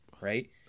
right